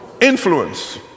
Influence